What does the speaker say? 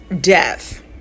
death